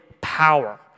power